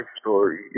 story